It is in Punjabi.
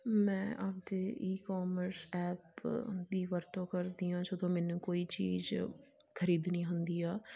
ਮੈਂ ਆਪਦੇ ਈ ਕਮਰਸ ਐਪ ਦੀ ਵਰਤੋਂ ਕਰਦੀ ਹਾਂ ਜਦੋਂ ਮੈਨੂੰ ਕੋਈ ਚੀਜ਼ ਖਰੀਦਣੀ ਹੁੰਦੀ ਆ